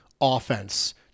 offense